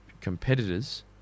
competitors